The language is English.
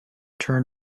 turn